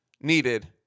needed